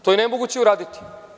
To je nemoguće uraditi.